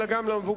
אלא גם למבוגרים.